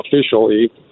officially